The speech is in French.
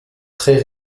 très